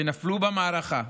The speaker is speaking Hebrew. שנפלו במערכה,